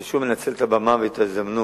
אני שוב מנצל את הבמה ואת ההזדמנות.